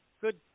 Good